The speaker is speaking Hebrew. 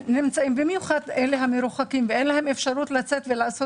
במיוחד אלה המרוחקים ואין להם אפשרות לצאת ולעשות